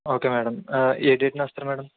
okay madam ఏ డేట్నా వస్తరు మేడం